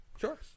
Sure